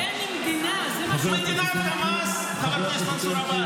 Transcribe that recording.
אין מדינה, זה מה --- חבר הכנסת אלקין,